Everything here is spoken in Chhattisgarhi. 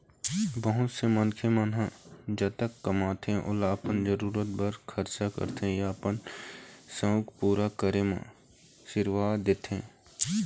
बहुत से मनखे मन जतका कमाथे ओला अपन जरूरत बर खरचा करथे या अपन सउख पूरा करे म सिरवा देथे